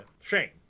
shame